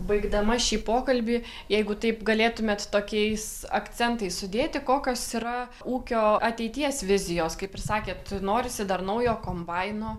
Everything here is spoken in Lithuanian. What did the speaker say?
baigdama šį pokalbį jeigu taip galėtumėt tokiais akcentais sudėti kokios yra ūkio ateities vizijos kaip ir sakėt norisi dar naujo kombaino